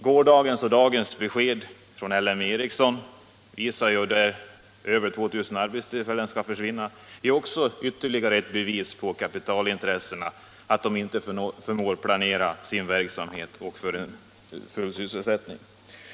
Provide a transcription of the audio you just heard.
Gårdagens och dagens besked från LM Ericsson, där över 2000 arbetstillfällen skall försvinna, är ytterligare ett bevis på att kapitalintressena inte förmår planera sin verksamhet för full sysselsättning.